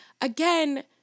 again